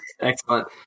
excellent